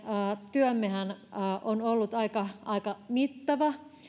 työmmehän on ollut aika aika mittava